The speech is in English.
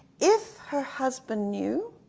if her husband knew,